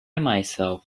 myself